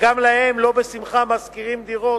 וגם להם לא בשמחה משכירים דירות,